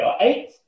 eight